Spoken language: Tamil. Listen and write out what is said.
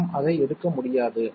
நாம் அதை எடுக்க முடியாது